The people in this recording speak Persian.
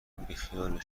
بیخیالش